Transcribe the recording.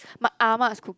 my ah ma's cook